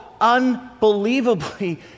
unbelievably